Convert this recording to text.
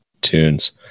tunes